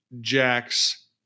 Jax